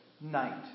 Night